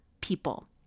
people